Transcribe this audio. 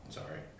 sorry